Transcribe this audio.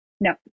No